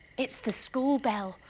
it's the school bell,